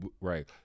Right